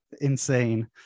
insane